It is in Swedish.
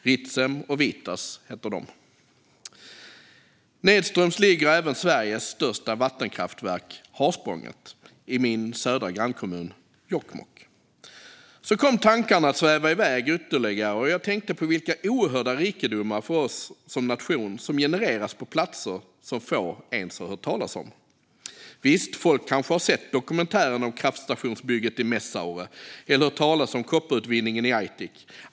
Ritsem och Vietas heter de. Nedströms ligger även Sveriges största vattenkraftverk, Harsprånget, i min södra grannkommun Jokkmokk. Så kom tankarna att sväva iväg ytterligare, och jag tänkte på vilka oerhörda rikedomar för oss som nation som genereras på platser som få ens har hört talas om. Visst, folk kanske har sett dokumentären om kraftstationsbygget i Messaure eller hört talas om kopparutvinningen i Aitik.